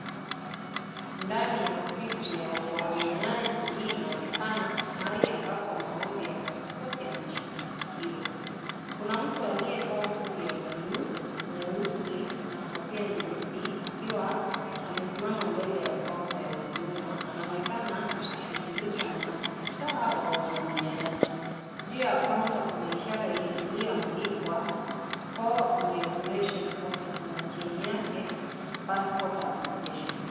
Ndani ya ofisi ya uhamiaji inaonekana mahali ambapo maombi ya pasipoti yanashughulikiwa. Kuna mtu aliyevaa suti ya bluu, nyeusi na kofia nyeusi akiwa amesimama mbele ya kaunta ya huduma. Anaonekana akishughulika na afisa wa uhamiaji . Juu ya kaunta kuna ishara iliyoandikwa " For Immigration office " na chini yake " Passport application ".